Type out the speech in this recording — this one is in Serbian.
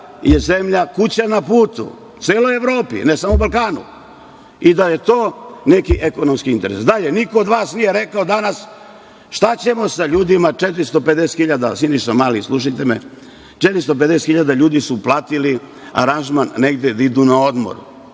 je zemlja, kuća na putu, celoj Evropi, ne samo Balkanu i da je to neki ekonomski interes. Dalje, niko od vas nije rekao, danas – šta ćemo sa ljudima 450.000, Siniša Mali slušajte me, 450.000 ljudi je uplatilo aranžman da idu negde na odmor,